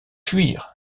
fuir